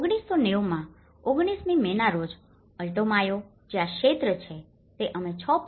1990 માં 29 મી મેના રોજ અલ્ટો માયો જે આ ક્ષેત્ર છે તે અમે 6